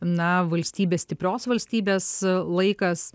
na valstybės stiprios valstybės laikas